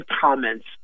comments